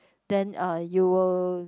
then uh you will